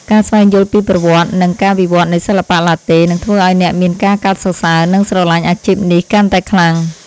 ការស្វែងយល់ពីប្រវត្តិ និងការវិវត្តនៃសិល្បៈឡាតេ នឹងធ្វើឱ្យអ្នកមានការកោតសរសើរ និងស្រឡាញ់អាជីពនេះកាន់តែខ្លាំង។